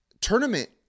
tournament